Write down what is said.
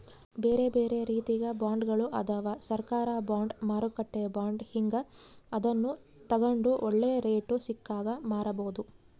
ಬೇರೆಬೇರೆ ರೀತಿಗ ಬಾಂಡ್ಗಳು ಅದವ, ಸರ್ಕಾರ ಬಾಂಡ್, ಮಾರುಕಟ್ಟೆ ಬಾಂಡ್ ಹೀಂಗ, ಅದನ್ನು ತಗಂಡು ಒಳ್ಳೆ ರೇಟು ಸಿಕ್ಕಾಗ ಮಾರಬೋದು